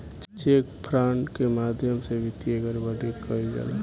check fraud के माध्यम से वित्तीय गड़बड़ी कईल जाला